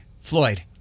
Floyd